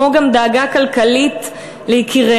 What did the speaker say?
כמו גם דאגה כלכלית ליקיריהן,